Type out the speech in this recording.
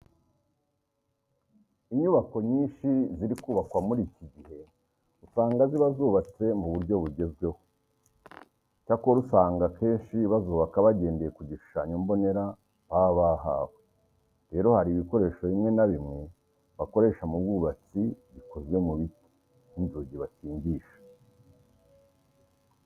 Inyubako nyinshi ziri kubakwa muri iki gihe usanga ziba zubatse mu buryo bugezweho. Icyakora usanga akenshi bazubaka bagendeye ku gishushanyo mbonera baba bahawe. Rero hari ibikoresho bimwe na bimwe bakoresha mu bwubatsi bikozwe mu biti nk'inzugi bakingisha.